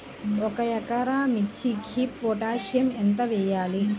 ఒక ఎకరా మిర్చీకి పొటాషియం ఎంత వెయ్యాలి?